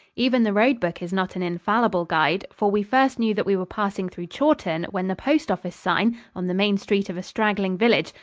even the road-book is not an infallible guide, for we first knew that we were passing through chawton when the postoffice sign, on the main street of a straggling village,